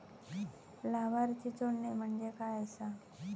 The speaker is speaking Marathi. लाभार्थी जोडणे म्हणजे काय आसा?